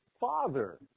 Father